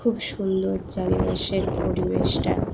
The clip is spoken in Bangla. খুব সুন্দর চারিপাশের পরিবেশটা